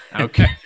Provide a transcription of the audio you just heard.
Okay